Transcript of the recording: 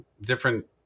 different